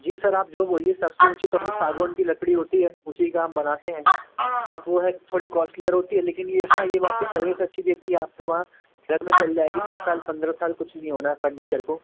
जी sir आप जो बोलिए सबसे ऊँची तो अभी सागवान की लकड़ी होती है उसी का हम बनाते हैं बट वो है कि थोड़ी कॉस्टलियर होती है लेकिन ये हाँ ये बात तो सर्विस अच्छी देती है आपके वहाँ घर में चल जाएगी दस साल पंद्रह साल कुछ नहीं होना है फर्नीचर को